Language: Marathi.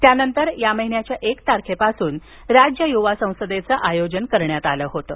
त्यानंतर या महिन्याच्या एक तारखेपासून राज्य युवा संसदेचं आयोजन करण्यात आलं होतं